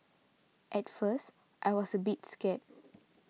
at first I was a bit scared